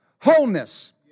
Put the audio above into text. wholeness